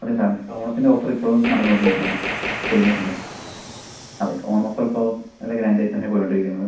അതെ സാർ ഇവിടെ ഓണത്തിൻ്റെ ഓഫർ ഇപ്പോഴും നടന്നുകൊണ്ടിരിക്കയാണ് കഴിഞ്ഞിട്ടില്ല അതെ ഓണം ഓഫർ ഇപ്പോൾ നല്ല ഗ്രാന്റായിത്തന്നെ പോയിക്കൊണ്ട് ഇരിക്കുന്നത്